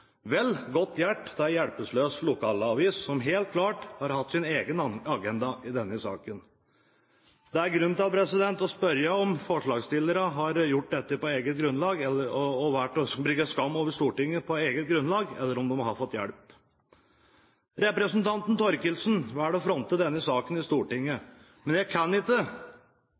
godt hjulpet av en hjelpeløs lokalavis som helt klart har hatt sin egen agenda i denne saken. Det er grunn til å spørre om forslagsstillerne har gjort dette på eget grunnlag, om de har valgt å bringe skam over Stortinget på eget grunnlag eller om de har fått hjelp. Representanten Thorkildsen velger å fronte denne saken i Stortinget. Jeg kan imidlertid ikke